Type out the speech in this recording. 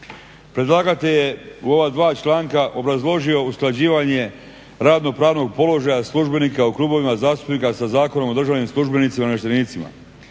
Predlagatelj je u ova dva članka obrazložio usklađivanje radno-pravnog položaja službenika u krugovima zastupnika sa Zakonom o državnim službenicima i namještenicama,